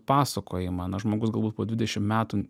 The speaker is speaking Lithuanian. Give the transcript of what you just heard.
pasakojimą na žmogus galbūt po dvidešim metų